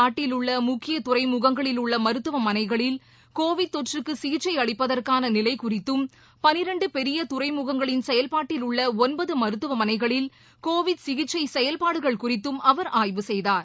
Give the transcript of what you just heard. நாட்டில் உள்ளமுக்கியதுறைமுகங்களில் உள்ளமருத்துவமனைகளில் கோவிட் தொற்றுக்குசிகிச்சைஅளிப்பதற்கானநிலைகுறித்தும் பெரியதுறைமுகங்களின் செயல்பாட்டில் உள்ளஒன்பதுமருத்துவமனைகளில் கோவிட் சிகிச்சைசெயல்பாடுகள் குறித்தும் அவர் ஆய்வு செய்தார்